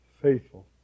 faithful